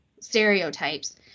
stereotypes